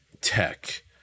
tech